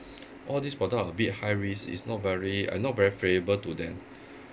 all these product a bit high risk it's not very I not very favourable to them